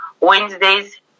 Wednesdays